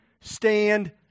stand